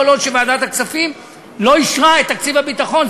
עוד ועדת הכספים לא אישרה את תקציב הביטחון,